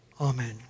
Amen